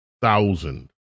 thousand